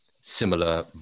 similar